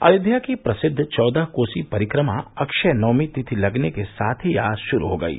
अयोध्या की प्रसिद्व चौदह कोसी परिक्रमा अक्षय नवमी तिथि लगने के साथ ही आज शुरू हो गयी